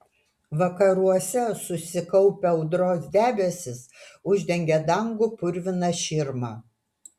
vakaruose susikaupę audros debesys uždengė dangų purvina širma